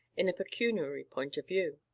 in a pecuniary point of view.